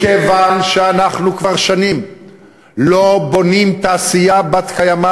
מכיוון שאנחנו כבר שנים לא בונים בישראל